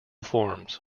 forms